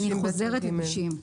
אני חוזרת ל-90.